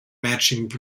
matching